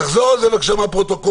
תחזור על זה בבקשה מהפרוטוקול.